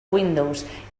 windows